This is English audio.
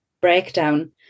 breakdown